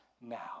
now